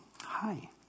hi